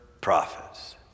prophets